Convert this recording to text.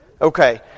Okay